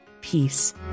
Peace